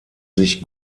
sich